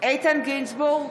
איתן גינזבורג,